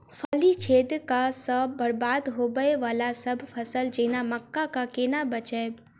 फली छेदक सँ बरबाद होबय वलासभ फसल जेना मक्का कऽ केना बचयब?